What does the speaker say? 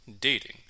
dating